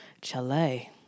Chile